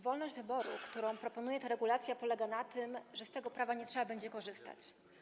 Wolność wyboru, którą proponuje ta regulacja, polega na tym, że z tego prawa nie trzeba będzie korzystać.